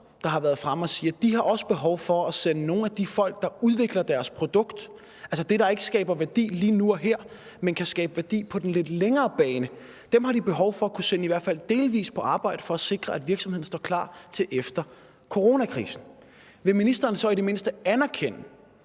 der har været fremme og sige, at de også har behov for at sende nogle af de folk, der udvikler deres produkt - altså det, der ikke skaber værdi lige nu og her, men kan skabe værdi på den lidt længere bane - i hvert fald delvis på arbejde for at sikre, at virksomheden står klar efter coronakrisen. Vil ministeren så i det mindste anerkende,